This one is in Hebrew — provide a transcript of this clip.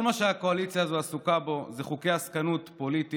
כל מה שהקואליציה הזו עסוקה בו זה חוקי עסקנות פוליטיים,